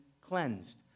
cleansed